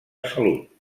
salut